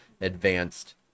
advanced